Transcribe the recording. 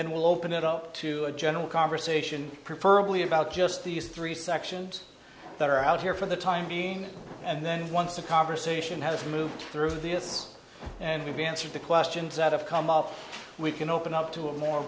then we'll open it up to a general conversation prefer we about just these three sections that are out here for the time being and then once the conversation has moved through this and we answered the questions that have come up we can open up to a more